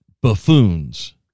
buffoons